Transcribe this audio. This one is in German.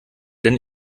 denn